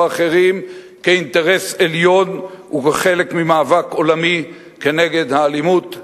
האחרים כאינטרס עליון וכחלק ממאבק עולמי כנגד האלימות,